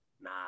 Nah